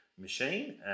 machine